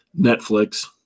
Netflix